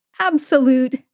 absolute